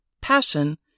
passion